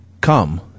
come